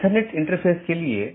तो यह कुछ सूचित करने जैसा है